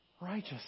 righteous